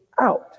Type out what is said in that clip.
out